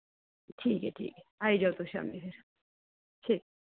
ठीक ऐ ठीक ऐ आई जाओ तुस शाम्मी फिर ठीक